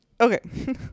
okay